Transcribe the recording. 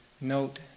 note